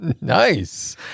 Nice